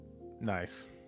Nice